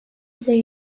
ise